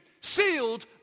sealed